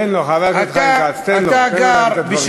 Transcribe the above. תן לו, חבר הכנסת חיים כץ, תן לו להגיד את הדברים.